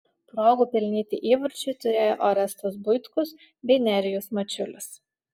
progų pelnyti įvarčiui turėjo orestas buitkus bei nerijus mačiulis